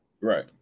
right